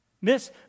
Miss